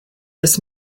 this